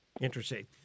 Interesting